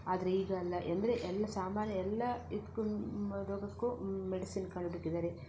ಆದರೆ ಈಗೆಲ್ಲ ಅಂದರೆ ಎಲ್ಲ ಸಾಮಾನ್ಯ ಎಲ್ಲ ಇದಕ್ಕೂ ರೋಗಕ್ಕೂ ಮೆಡಿಸಿನ್ ಕಂಡುಡಿಕಿದ್ದಾರೆ